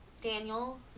Daniel